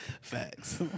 Facts